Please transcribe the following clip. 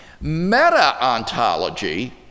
Meta-ontology